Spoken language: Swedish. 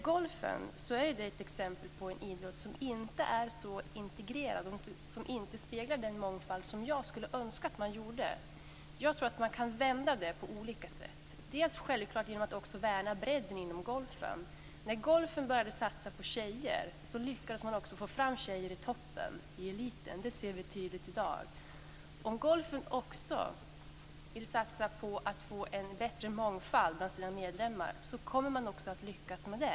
Golfen är ett exempel på en idrott som inte är så integrerad och som inte speglar den mångfald jag skulle önska. Jag tror att det går att värna detta på olika sätt. Bl.a. genom att värna bredden inom golfen. När man började satsa på tjejer inom golfen lyckades man också få fram tjejer i toppen till eliten. Det syns tydligt i dag. Om man inom golfen också vill satsa på en bättre mångfald bland medlemmarna, kommer man att lyckas med det.